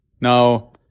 now